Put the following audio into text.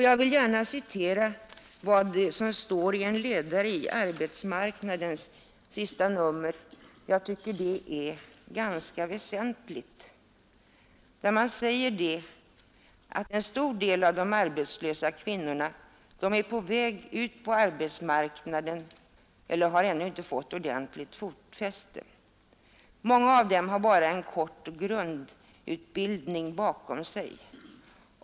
Jag vill här citera vad som står i ledaren i senaste numret av tidningen Arbetsmarknaden, eftersom jag tycker den är ganska väsentlig. Där säger man: ”Men en stor del av de arbetslösa kvinnorna är på väg ut på arbetsmarknaden eller har ännu inte fått ordentligt fotfäste där. Många av dem har bara en kort grundutbildning bakom sig.